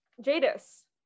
Jadis